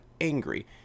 angry